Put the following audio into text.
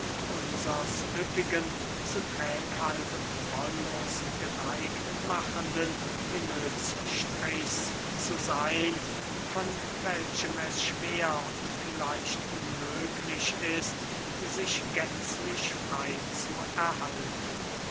üppigen zu trägheit und wollust geneigt machenden himmelsstrichs zu seyn von welchem es schwer und vielleicht unmöglich ist sich gänzlich frey zu erhalten